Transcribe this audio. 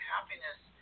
Happiness